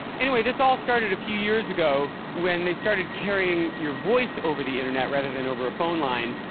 anyway, this all started a few years ago, when they started carrying your voice over the internet rather than over a phone line,